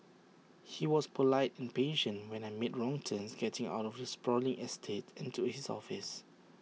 he was polite and patient when I made wrong turns getting out of the sprawling estate and to his office